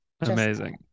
amazing